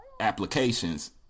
applications